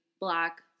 black